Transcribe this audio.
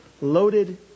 loaded